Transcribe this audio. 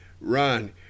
run